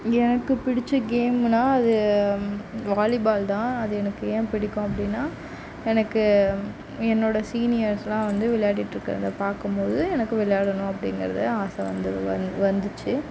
எனக்கு பிடித்த கேம்முன்னால் அது வாலிபால் தான் அது எனக்கு ஏன் பிடிக்கும் அப்படின்னால் எனக்கு என்னோட சீனியர்ஸ்ல்லாம் வந்து விளையாடிட்டு இருக்கிறத பார்க்கும்போது எனக்கும் விளையாடணும் அப்படிங்கிறது ஆசை வந்து வந் வந்துச்சு